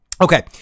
Okay